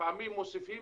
לפעמים מוסיפים,